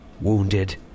Wounded